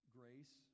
grace